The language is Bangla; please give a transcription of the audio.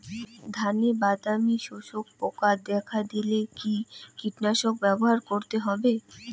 ধানে বাদামি শোষক পোকা দেখা দিলে কি কীটনাশক ব্যবহার করতে হবে?